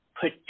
put